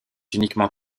uniquement